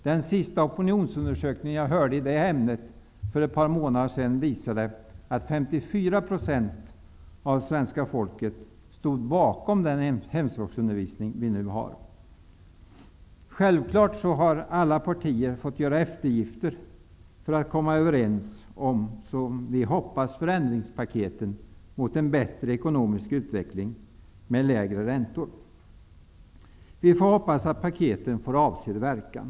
Den senaste opinionsundersökningen som jag tog del av för ett par månader sedan visade att 54 % av svenska folket ville ha kvar hemspråksundervisningen. Självfallet har alla partier fått göra eftergifter för att komma överens om förändringspaketen, som vi hoppas skall leda fram mot en bättre ekonomisk utveckling med lägre räntor. Vi får hoppas att paketen får avsedd verkan.